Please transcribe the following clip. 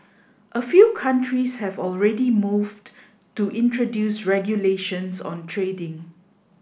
a few countries have already moved to introduce regulations on trading